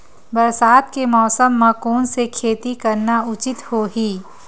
बरसात के मौसम म कोन से खेती करना उचित होही?